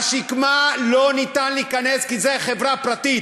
ב"השקמה" לא ניתן להיכנס, כי זו חברה פרטית.